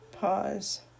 pause